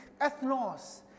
ethnos